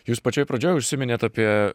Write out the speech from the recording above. jūs pačioj pradžioj užsiminėt apie